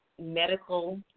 Medical